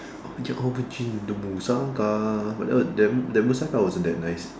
oh you over drink the musaka but that that musaka wasn't that nice